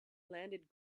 landed